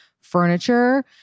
furniture